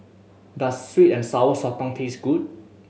does sweet and Sour Sotong taste good